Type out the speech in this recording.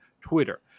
Twitter